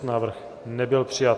Návrh nebyl přijat.